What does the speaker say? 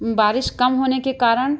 बारिश कम होने के कारण